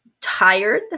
tired